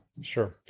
Sure